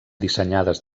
dissenyades